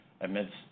amidst